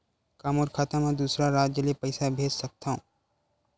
का मोर खाता म दूसरा राज्य ले पईसा भेज सकथव?